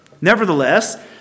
Nevertheless